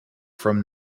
from